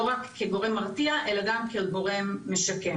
לא רק כגורם מרתיע אלא גם כגורם משקם.